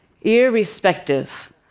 irrespective